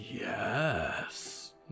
Yes